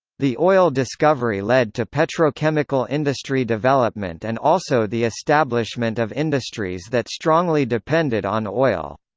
the oil discovery led to petrochemical industry development and also the establishment of industries that strongly depended on oil.